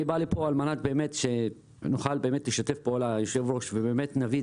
אני בא לכאן על מנת שבאמת נוכל לשתף פעולה ובאמת נביא את